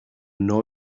know